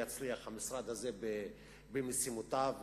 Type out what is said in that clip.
יצליח המשרד הזה במשימותיו ובמטרותיו,